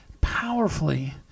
powerfully